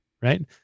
right